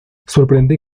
sorprende